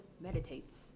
meditates